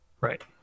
Right